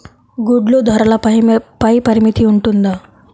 గుడ్లు ధరల పై పరిమితి ఉంటుందా?